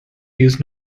use